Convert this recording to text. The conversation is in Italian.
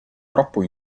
troppo